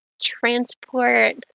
transport